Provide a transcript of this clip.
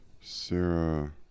Sarah